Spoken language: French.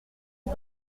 une